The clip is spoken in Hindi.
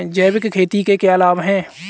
जैविक खेती के क्या लाभ हैं?